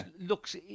looks